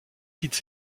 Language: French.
quitte